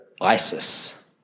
ISIS